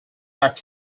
back